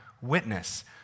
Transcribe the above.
witness